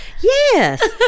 Yes